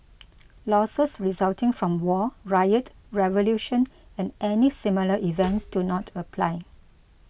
losses resulting from war riot revolution or any similar events do not apply